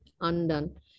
undone